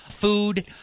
Food